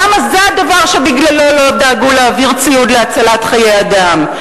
למה זה הדבר שבגללו לא דאגו להעביר ציוד להצלת חיי אדם?